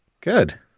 good